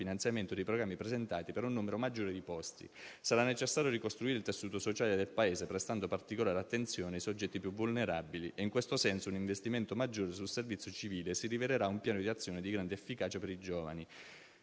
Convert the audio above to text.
finanziamento dei programmi presentati per un numero maggiore di posti. Sarà necessario ricostruire il tessuto sociale del Paese, prestando particolare attenzione ai soggetti più vulnerabili e in questo senso un investimento maggiore sul servizio civile si rivelerà un piano di azione di grande efficacia per i giovani.